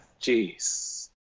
Jeez